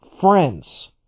friends